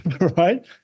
Right